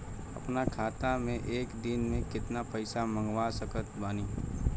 अपना खाता मे एक दिन मे केतना पईसा मँगवा सकत बानी?